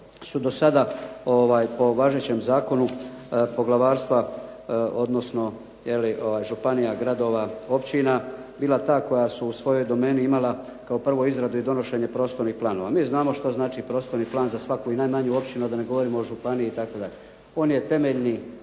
su do sada po važećem zakonu poglavarstva, odnosno županija, gradova, općina bila ta da su u svojoj domeni imala kao prvo izradu i donošenje prostornih planova. Mi znamo što znači prostorni plan za svaku i najmanju općinu, a da ne govorimo o županiji itd. On je temeljni